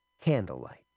candlelight